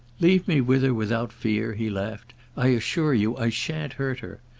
leave me with her without fear, he laughed i assure you i shan't hurt her.